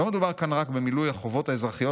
לא מדובר כאן רק במילוי החובות האזרחיות